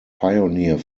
pioneer